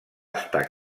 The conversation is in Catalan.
estar